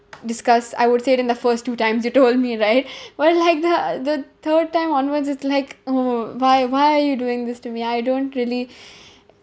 discuss I would say it in the first two times you told me right but like the the third time onwards is like oh why why are you doing this to me I don't really